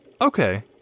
Okay